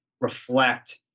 reflect